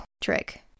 trick